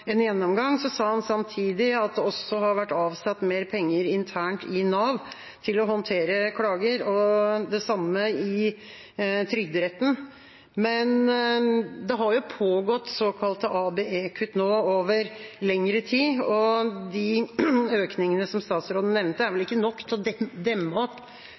en gjennomgang. Han sa samtidig at det har vært avsatt mer penger internt i Nav til å håndtere klager, og det samme i Trygderetten. Men det har jo nå pågått såkalte ABE-kutt over lengre tid, og de økningene som statsråden nevnte, er vel ikke nok til å demme opp